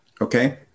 Okay